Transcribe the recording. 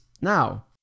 now